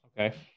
Okay